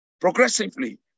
Progressively